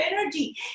energy